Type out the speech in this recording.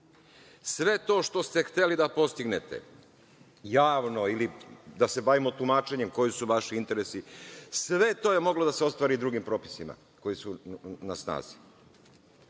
Sve to što ste hteli da postignete javno ili da se bavimo tumačenjem koji su vaši interesi, sve to je moglo da se ostvari i drugim propisima koji su na snazi. Znači,